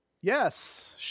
yes